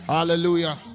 Hallelujah